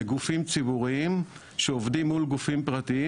אלה גופים ציבוריים שעובדים מול גופים פרטיים